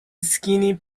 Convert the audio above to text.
skinny